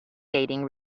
dating